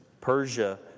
Persia